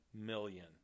Million